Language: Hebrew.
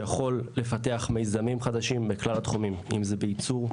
שיכול לפתח מיזמים חדשים בכלל התחומים אם זה בייצור,